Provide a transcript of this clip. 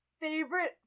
favorite